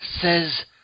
says